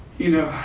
you know,